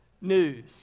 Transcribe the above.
news